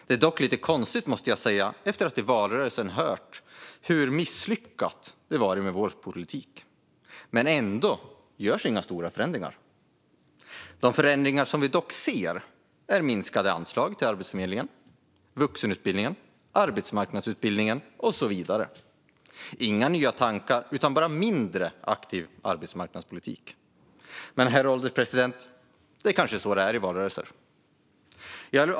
Det är dock lite konstigt, måste jag säga, efter att man i valrörelsen har hört hur misslyckad vår politik har varit. Men ändå görs inga stora förändringar. De förändringar som vi dock ser är minskade anslag till Arbetsförmedlingen, vuxenutbildningen, arbetsmarknadsutbildningen och så vidare. Det finns inga nya tankar utan bara en mindre aktiv arbetsmarknadspolitik. Men, herr ålderspresident, det är kanske så det är i valrörelser.